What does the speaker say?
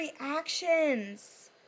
reactions